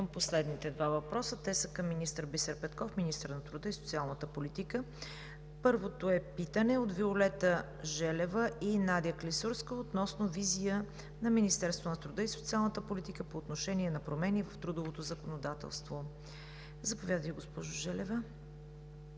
последните два въпроса. Те са към министъра на труда и социалната политика Бисер Петков. Първо е питането от Виолета Желева и Надя Клисурска относно визия на Министерство на труда и социалната политика по отношение на промени в трудовото законодателство. Заповядайте, госпожо Желева.